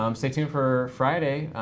um stay tuned for friday,